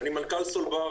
מנכ"ל סולבר.